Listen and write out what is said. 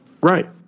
Right